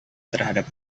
terhadap